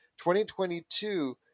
2022